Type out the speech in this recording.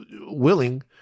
willing